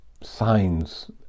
signs